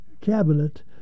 cabinet